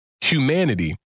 humanity